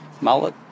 mullet